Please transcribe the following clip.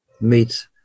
meet